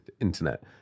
internet